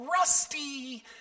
rusty